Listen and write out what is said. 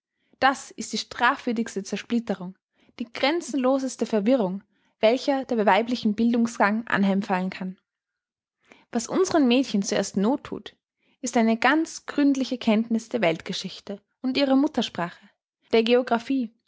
das ist die strafwürdigste zersplitterung die grenzenloseste verwirrung welcher der weibliche bildungsgang anheim fallen kann was unsren mädchen zuerst noth thut ist eine ganz gründliche kenntniß der weltgeschichte und ihrer muttersprache der geographie